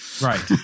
Right